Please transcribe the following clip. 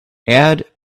add